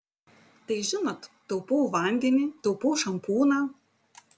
tai žinot taupau vandenį taupau šampūną